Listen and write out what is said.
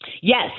Yes